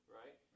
right